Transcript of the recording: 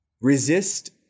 resist